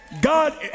God